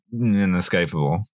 inescapable